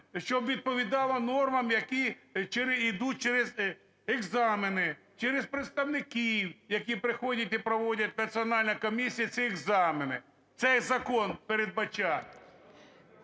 щоб відповідала нормам, які йдуть через екзамени, через представників, які приходять і проводять, національна комісія, ці екзамени. Цей закон передбачає.